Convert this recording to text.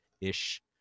ish